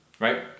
right